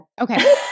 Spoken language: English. Okay